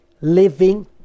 living